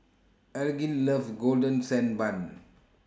Elgin loves Golden Sand Bun